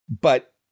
But-